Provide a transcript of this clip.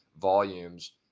volumes